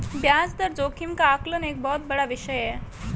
ब्याज दर जोखिम का आकलन एक बहुत बड़ा विषय है